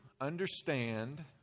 understand